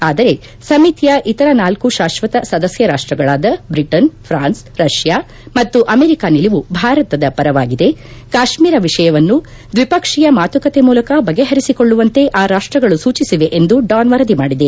ಆದರೆ ಸಮಿತಿಯ ಇತರ ನಾಲ್ಲು ಶಾಕ್ಷತ ಸದಸ್ಯ ರಾಷ್ಷಗಳಾದ ಬ್ರಿಟನ್ ಫ್ರಾನ್ಸ್ ರಷ್ಯಾ ಮತ್ತು ಅಮೆರಿಕಾ ನಿಲುವು ಭಾರತದ ಪರವಾಗಿದೆ ಕಾಶ್ನೀರ ವಿಷಯವನ್ನು ದ್ವಿಪಕ್ಷೀಯ ಮಾತುಕತೆ ಮೂಲಕ ಬಗೆಹರಿಸಿಕೊಳ್ಳುವಂತೆ ಆ ರಾಷ್ಟಗಳು ಸೂಚಿಸಿವೆ ಎಂದು ಡಾನ್ ವರದಿ ಮಾಡಿದೆ